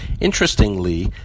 Interestingly